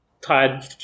tied